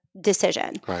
decision